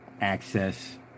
access